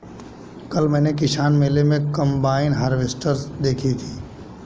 कल मैंने किसान मेले में कम्बाइन हार्वेसटर देखी थी